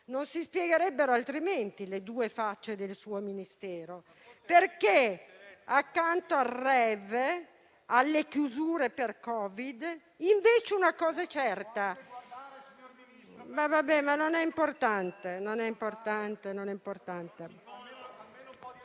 Non si spiegherebbero altrimenti le due facce del suo Ministero. Perché accanto al *rave* e alle chiusure per Covid, invece una cosa certa...*(Commenti).* Va bene, ma non è importante.